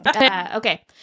Okay